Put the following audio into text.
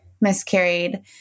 miscarried